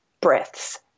breaths